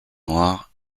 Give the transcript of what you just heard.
noires